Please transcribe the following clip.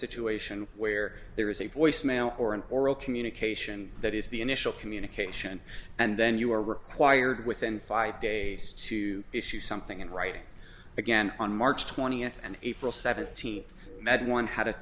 situation where there is a voicemail or an oral communication that is the initial communication and then you are required within five days to issue something in writing again on march twentieth and april seventeenth that one had a